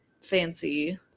fancy